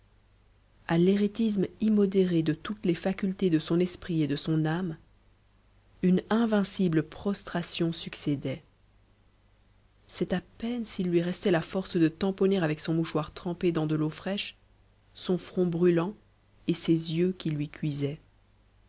à l'éréthisme immodéré de toutes les facultés de son esprit et de son âme une invincible prostration succédait c'est à peine s'il lui restait la force de tamponner avec son mouchoir trempé dans de l'eau fraîche son front brûlant et ses yeux qui lui cuisaient